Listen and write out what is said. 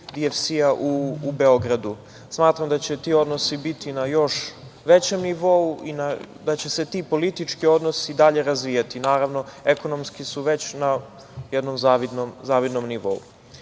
DVC u Beogradu. Smatram da će ti odnosi biti na još većem nivou i da će se ti politički odnosi i dalje razvijati. Naravno, ekonomski su već na jednom zavidnom nivou. Što